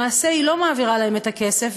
למעשה היא לא מעבירה להם את הכסף,